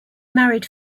married